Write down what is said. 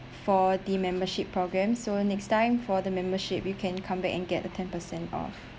for the membership program so next time for the membership you can come back and get a ten percent off